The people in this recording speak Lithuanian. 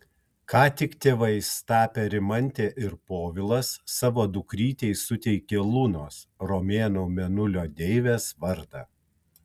ką tik tėvas tapę rimantė ir povilas savo dukrytei suteikė lunos romėnų mėnulio deivės vardą